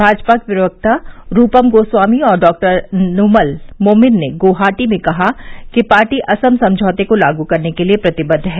भाजपा के प्रवक्ता रूपम गोस्वामी और डॉक्टर नुमल मोमिन ने गुवाहाटी में कहा कि पार्टी असम समझौते को लागू करने के लिए प्रतिबद्ध है